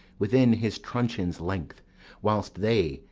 within his truncheon's length whilst they,